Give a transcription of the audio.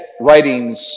writings